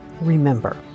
remember